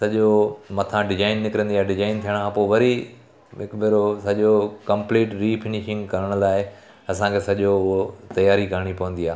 सॼो मथां डिजाइन निकिरंदी आहे डिजाइन थियण खां पोइ वरी हिकु भेरो सॼो कंप्लीट रीफिनिशिंग करण लाइ असांखे सॼो उहो तयारी करणी पवंदी आहे